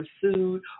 pursued